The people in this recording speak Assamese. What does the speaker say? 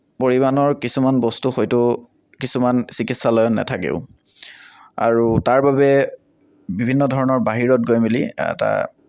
পৰিমাণৰ কিছুমান বস্তু হয়তো কিছুমান চিকিৎসালয়ত নেথাকেও আৰু তাৰবাবে বিভিন্ন ধৰণৰ বাহিৰত গৈ মেলি এটা